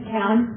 town